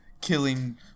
killing